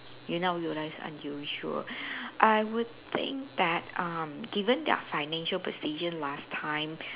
you now realise unusual I would think that err given their financial position last time